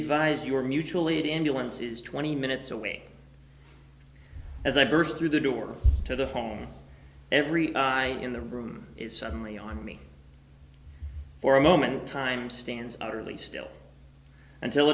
advised you are mutually ambulances twenty minutes away as i burst through the door to the home every eye in the room is suddenly on me for a moment time stands out really still until